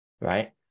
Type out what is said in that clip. right